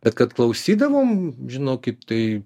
bet kad klausydavom žinokit tai